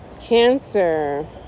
cancer